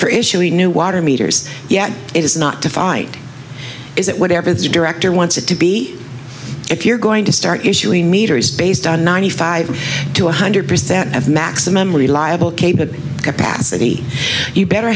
for issuing new water meters yet it is not to fight is it whatever the director wants it to be if you're going to start issuing meters based on ninety five to one hundred percent of maximum reliable capable capacity you better